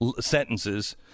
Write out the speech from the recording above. sentences